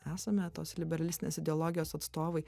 esame tos liberalistinės ideologijos atstovai